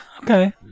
Okay